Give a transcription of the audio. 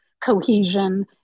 cohesion